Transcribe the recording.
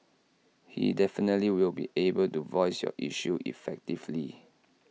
he definitely will be able to voice your issues effectively